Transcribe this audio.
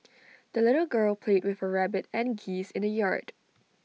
the little girl played with her rabbit and geese in the yard